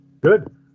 good